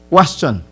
Question